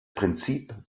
prinzip